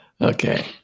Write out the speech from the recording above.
Okay